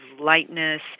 lightness